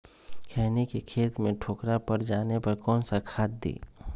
खैनी के खेत में ठोकरा पर जाने पर कौन सा खाद दी?